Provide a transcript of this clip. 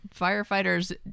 firefighters